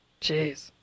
Jeez